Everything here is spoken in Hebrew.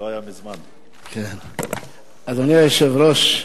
אדוני היושב-ראש,